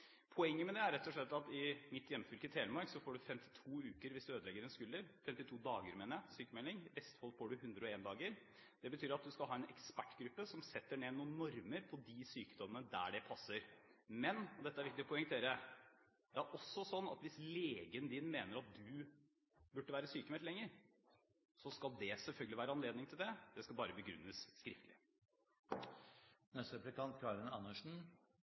Poenget med det er rett og slett at i mitt hjemfylke Telemark får du 52 dager sykmelding hvis du ødelegger en skulder. I Vestfold får du 101 dager. Det betyr at vi skal ha en ekspertgruppe som setter ned noen normer for de sykdommene der det passer. Men, og dette er viktig å poengtere, det er også slik at hvis legen din mener at du burde vært sykmeldt lenger, skal det selvfølgelig være anledning til det. Det skal bare begrunnes skriftlig.